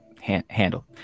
handle